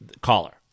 Caller